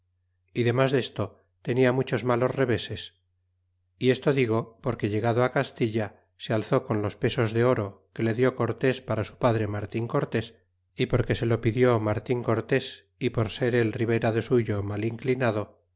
y demas desto tenia muchos malos reveses y esto digo porque llegado castilla se al zó con los pesos de oro que le die cortés para su padre martin cortés y porque se lo pidió martin cortés y por ser el ribera de suyo mal inclinado